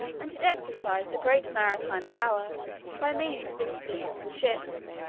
and it exercised a great maritime power by means of its fleets and ships,